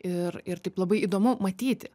ir ir taip labai įdomu matyti